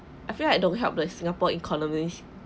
I feel like don't help the singapore economy